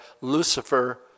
Lucifer